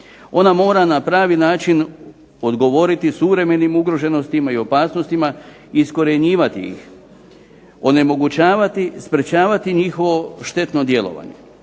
Ona mora na pravi način odgovoriti suvremenim ugroženostima i opasnostima, iskorjenjivati ih, onemogućavati, sprječavati njihovo štetno djelovanje.